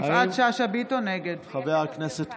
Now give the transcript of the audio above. חברת הכנסת